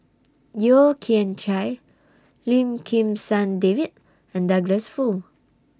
Yeo Kian Chye Lim Kim San David and Douglas Foo